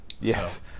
yes